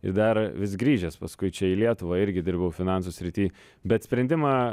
ir dar vis grįžęs paskui čia į lietuvą irgi dirbau finansų srity bet sprendimą